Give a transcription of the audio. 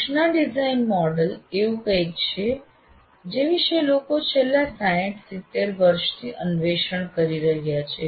સૂચના design model એવું કંઈક છે જે વિષે લોકો છેલ્લા 60 70 વર્ષથી અન્વેષણ કરી રહ્યાં છે